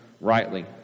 rightly